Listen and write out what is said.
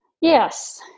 Yes